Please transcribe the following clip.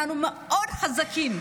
אנחנו מאוד חזקים.